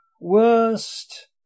worst